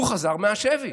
הוא חזר מהשבי.